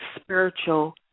spiritual